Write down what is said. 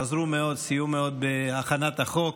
שסייעו מאוד בהכנת החוק,